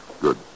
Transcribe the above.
Good